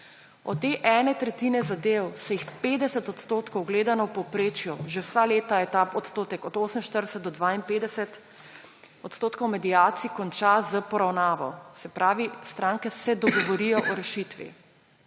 Od te ene tretjine zadev se 50 odstotkov – gledano v povprečju, že vsa leta je ta odstotek od 48 do 52 – mediacij konča s poravnavo; se pravi, stranke se dogovorijo o rešitvi.